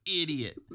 idiot